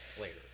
later